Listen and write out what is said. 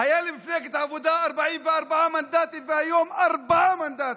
היו למפלגת העבודה 44 מנדטים והיום ארבעה מנדטים,